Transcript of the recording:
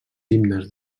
himnes